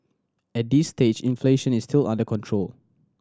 at this stage inflation is still under control